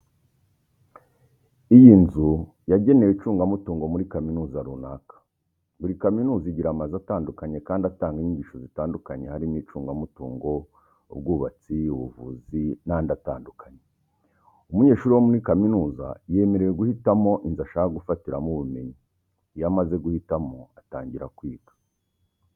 Iyi ni inzu yagenewe icungamutungo muri kaminuza runaka, buri kaminuza igira amazu atandukanye kandi atanga inyigisho zitandukanye harimo icungamutungo, ubwubatsi, ubuvuzi n'andi atandukanye. Umunyeshuri wo muri kaminuza yemewe guhitamo inzu ashaka gufatiramo ubumenyi, iyo amaze guhitamo atangira kwiga.